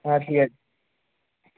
হ্যাঁ ঠিক আছে